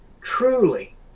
truly